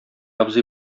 абзый